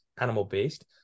animal-based